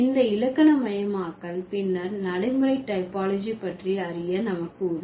இந்த இலக்கணமயமாக்கல்கள் பின்னர் நடைமுறை டைப்போலாஜி பற்றி அறிய நமக்கு உதவும்